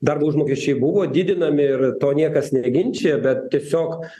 darbo užmokesčiai buvo didinami ir to niekas neginčija bet tiesiog